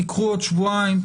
תיקחו עוד שבועיים,